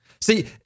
See